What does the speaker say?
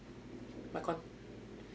my con